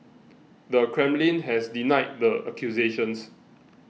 the Kremlin has denied the accusations